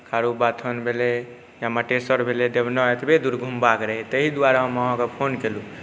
खारो बाथन भेलै या मटेसर भेलै देवना एतबे दूर घूमबाक रहै ताहि दुआरे हम अहाँकेँ फोन केलहुँ